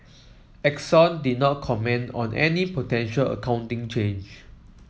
Exxon did not comment on any potential accounting change